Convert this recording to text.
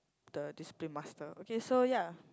the discipline master okay so ya